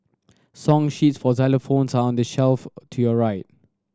song sheets for xylophones are on the shelf to your right